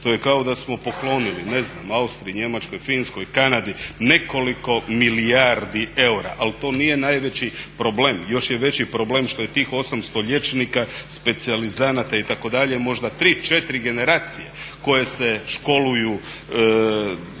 To je kao da smo poklonili Austriji, Njemačkoj, Finskoj, Kanadi, nekoliko milijardi eura ali to nije najveći problem. Još je veći problem što je tih 800 liječnika specijalizanata itd. možda 3-4 generacije koje se školuju